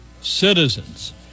citizens